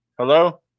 Hello